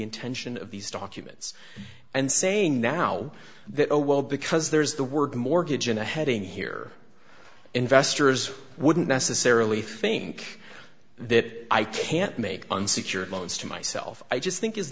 intention of these documents and saying now that oh well because there's the word mortgage in a heading here investors wouldn't necessarily think that i can't make unsecured loans to myself i just think is